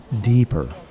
deeper